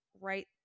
right